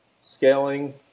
scaling